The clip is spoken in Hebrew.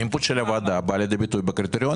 האינפוט של הוועדה בא לידי ביטוי בקריטריונים,